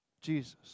Jesus